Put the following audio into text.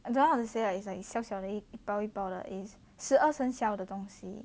I don't know how to say ah it's like 小小的一包一包的 is 十二生肖的东西